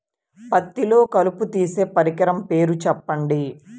పత్తిలో కలుపు తీసే పరికరము పేరు చెప్పండి